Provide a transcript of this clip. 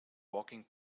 walking